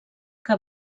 que